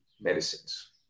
medicines